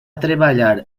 treballar